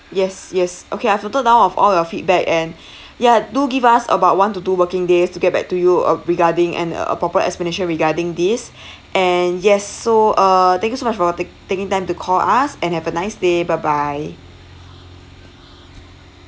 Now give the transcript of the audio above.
yes yes okay I've noted down of all your feedback and ya do give us about one to two working days to get back to you uh regarding and a proper explanation regarding this and yes so uh thank you so much for tak~ taking time to call us and have a nice day bye bye